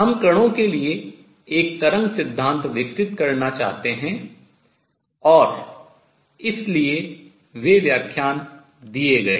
हम कणों के लिए एक तरंग सिद्धांत विकसित करना चाहते हैं और इसलिए वे व्याख्यान दिए गए